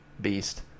beast